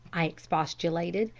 i expostulated.